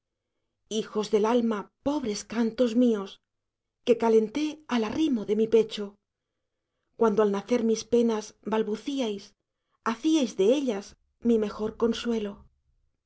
hijos del alma pobres cantos míos quecalenté al arrimo de mi pecho cuando al nacer mis penas balbucíais hacíais de ellas mi mejor consuelo